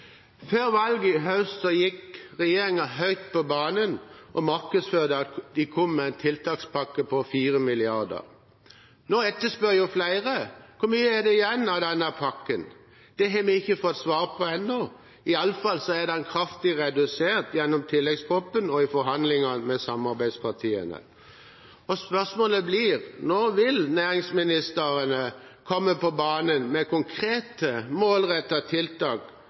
Før valget i høst gikk regjeringen høyt på banen og markedsførte at de kom med en tiltakspakke på 4 mrd. kr. Nå etterspør flere: Hvor mye er det igjen av denne pakken? Det har vi ikke fått svar på ennå. Iallfall er den kraftig redusert gjennom tilleggsproposisjonen og i forhandlingene med samarbeidspartiene. Spørsmålet blir: Når vil næringsministeren komme på banen med konkrete, målrettede tiltak